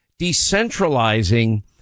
decentralizing